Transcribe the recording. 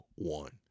one